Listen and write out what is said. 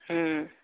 ହୁଁ